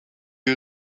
you